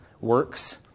works